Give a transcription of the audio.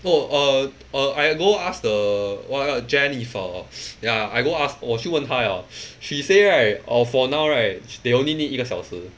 no err err I go ask the what ah jennifer ya I go ask 我去问她 liao she say right orh for now right they only need 一个小时